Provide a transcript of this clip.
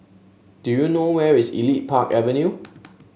do you know where is Elite Park Avenue